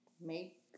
make